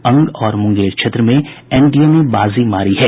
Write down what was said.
अंग और मुंगेर क्षेत्र में एनडीए ने बाजी मारी है